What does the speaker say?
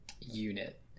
unit